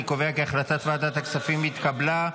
אני קובע כי החלטת ועדת הכספים התקבלה.